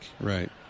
right